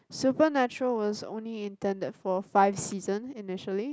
Supernatural was only intended for five season initially